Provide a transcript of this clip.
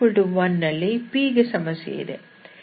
ಮತ್ತು x1 ನಲ್ಲಿ p ಗೆ ಸಮಸ್ಯೆ ಇದೆ